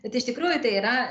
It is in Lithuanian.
bet iš tikrųjų tai yra